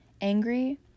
angry